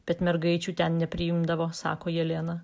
bet mergaičių ten nepriimdavo sako jelena